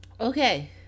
Okay